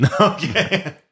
Okay